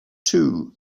too